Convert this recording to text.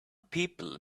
people